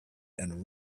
and